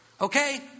Okay